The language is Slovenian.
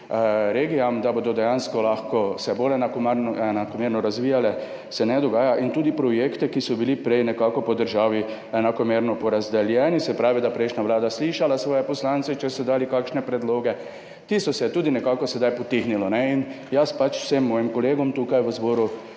se bodo dejansko lahko bolj enakomerno razvijale, se ne dogaja, in tudi projekti, ki so bili prej nekako po državi enakomerno porazdeljeni, se pravi, da je prejšnja vlada slišala svoje poslance, če so dali kakšne predloge, so se nekako sedaj potihnili. Jaz vsem mojim kolegom tukaj v zboru